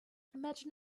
imagine